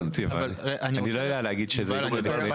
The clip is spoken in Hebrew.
אני לא יודע להגיד שזה יקרה.